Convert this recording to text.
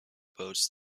boats